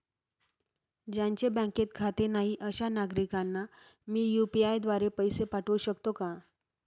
ज्यांचे बँकेत खाते नाही अशा नागरीकांना मी यू.पी.आय द्वारे पैसे पाठवू शकतो का?